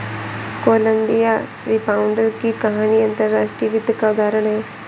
Colombia rebound की कहानी अंतर्राष्ट्रीय वित्त का उदाहरण है